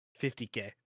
50K